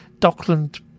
dockland